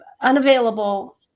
unavailable